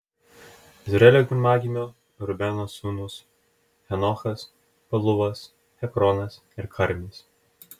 izraelio pirmagimio rubeno sūnūs henochas paluvas hecronas ir karmis